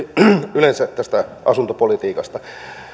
yleensä tästä asuntopolitiikasta